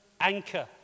anchor